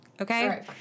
Okay